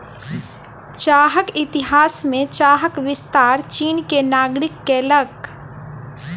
चाहक इतिहास में चाहक विस्तार चीन के नागरिक कयलक